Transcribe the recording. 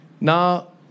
Now